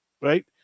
Right